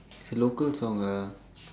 it's a local song lah